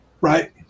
right